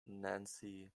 nancy